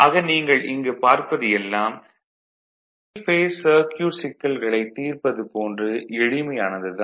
ஆக நீங்கள் இங்கு பார்ப்பது எல்லாம் சிங்கிள் பேஸ் சர்க்யூட் சிக்கல்களைத் தீர்ப்பதற்கு போன்று எளிமையானது தான்